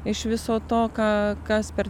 iš viso to ką kas per